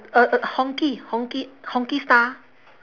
a a hongkie hongkie hongkie star